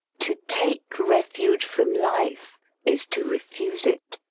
to take refuge from life is to refuse it.